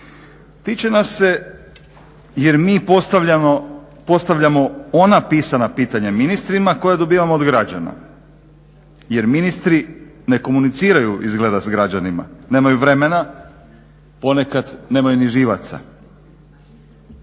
Tiče nas se jer mi postavljamo ona pisana pitanja ministrima koja dobivamo od građana jer ministri ne komuniciraju izgleda s građanima, nemaju vremena, ponekad nemaju ni živaca.